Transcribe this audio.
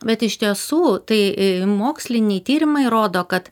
bet iš tiesų tai moksliniai tyrimai rodo kad